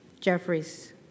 Jeffries